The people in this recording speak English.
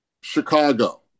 Chicago